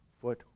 foot